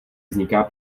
vzniká